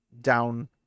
down